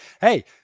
Hey